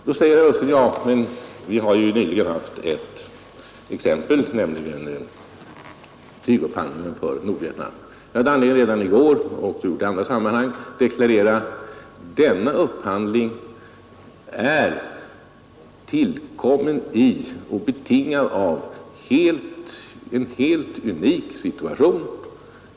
Då säger herr Ullsten: ”Men vi har ju nyligen haft ett exempel, nämligen tygupphandlingen för Nordvietnam.” Jag hade redan i går anledning att deklarera — jag har gjort det också i andra sammanhang — att denna upphandling är tillkommen i och betingad av en helt unik situation.